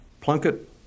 Plunkett